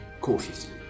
cautiously